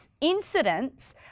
incidents